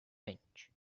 bench